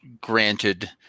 granted